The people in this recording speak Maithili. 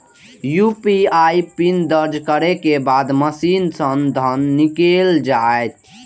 यू.पी.आई पिन दर्ज करै के बाद मशीन सं धन निकैल जायत